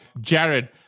jared